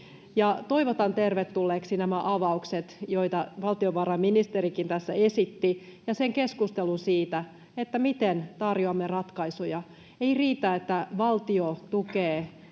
Toivotan tervetulleiksi nämä avaukset, joita valtiovarainministerikin tässä esitti, ja sen keskustelun siitä, miten tarjoamme ratkaisuja. Ei riitä, että valtio tukee